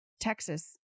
Texas